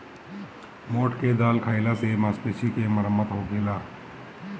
मोठ के दाल खाईला से मांसपेशी के मरम्मत होखेला